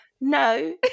No